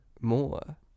More